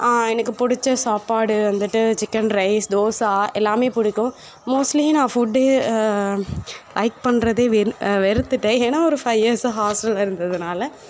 எனக்கு பிடிச்ச சாப்பாடு வந்துட்டு சிக்கன் ரைஸ் தோசை எல்லாமே பிடிக்கும் மோஸ்ட்லி நான் ஃபுட்டே லைக் பண்ணுறதே வெறு வெறுத்துட்டேன் ஏன்னா ஒரு ஃபை இயர்ஸாக ஹாஸ்டல்ல இருந்ததனால